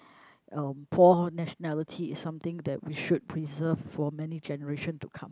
uh four nationality is something that we should preserve for many generation to come